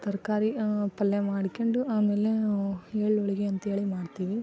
ತರಕಾರಿ ಪಲ್ಯ ಮಾಡ್ಕೊಂಡು ಆಮೇಲೆ ಎಳ್ಳು ಹೋಳಿಗೆ ಅಂಥೇಳಿ ಮಾಡ್ತೀವಿ